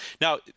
Now